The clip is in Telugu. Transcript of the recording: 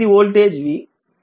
ఇది వోల్టేజ్ v